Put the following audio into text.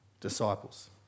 disciples